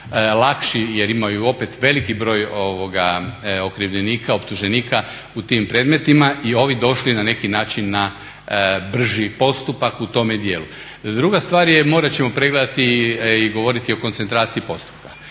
lakši jer imaju opet veliki broj okrivljenika, optuženika u tim predmetima i ovi došli na neki način brži postupka u tome djelu. Druga stvar je, morat ćemo pregledati i govoriti o koncentraciji postupka